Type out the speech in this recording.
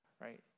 right